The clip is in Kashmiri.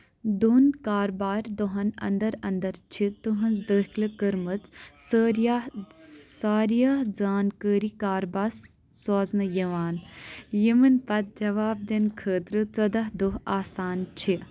دۄن كاربٲرِ دۄہن اندر اندر چھِ تُہنٛز دٲخل كٕرمژ ساریا ساریا زاانكٲری كارباس سوزنہٕ یوان یمن پتہٕ جواب دِنہٕ خٲطرٕ ژوٚدہ دۄہ آسان چھِ